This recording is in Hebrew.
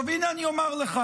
עכשיו, הינה אני אומר לך: